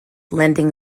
lending